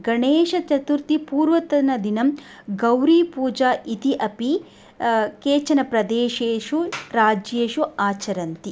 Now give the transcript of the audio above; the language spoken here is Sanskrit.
गणेशचतुर्थेः पूर्वतनदिनं गौरीपूजाम् इति अपि केचन प्रदेशेषु राज्येषु आचरन्ति